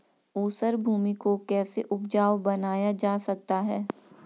ऊसर भूमि को कैसे उपजाऊ बनाया जा सकता है?